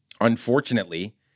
unfortunately